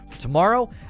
tomorrow